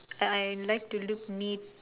I like to look neat